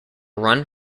run